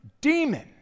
demon